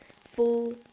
full